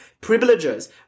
privileges